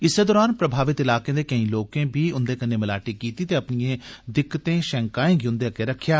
इस्सै दरान प्रभावत इलाके दे केई लोकें बी उंदे कन्नै मलाटी कीती ते अपनिएं दिक्कतें षैंकाएं गी उंदे अग्गे रक्खेआ